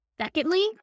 Secondly